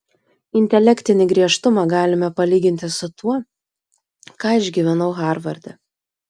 intelektinį griežtumą galime palyginti su tuo ką išgyvenau harvarde